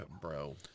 Bro